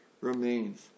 remains